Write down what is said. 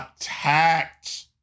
attacked